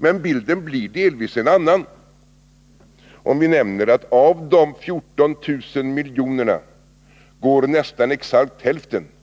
Men bilden blir delvis en annan om vi nämner att nästan exakt hälften av dessa